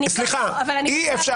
אי אפשר